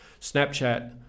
Snapchat